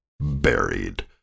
buried